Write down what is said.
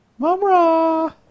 Mumra